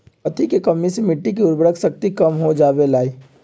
कथी के कमी से मिट्टी के उर्वरक शक्ति कम हो जावेलाई?